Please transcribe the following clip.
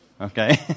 okay